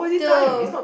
two